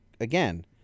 again